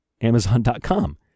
Amazon.com